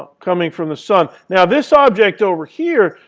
coming from the sun. now, this object over here,